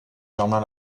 germain